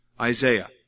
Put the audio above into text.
Isaiah